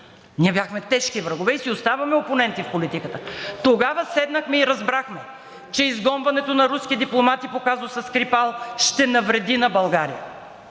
ние бяхме тежки врагове и си оставаме опоненти в политиката. Тогава седнахме и се разбрахме, че изгонването на руски дипломати по казуса „Скрипал“ ще навреди на България.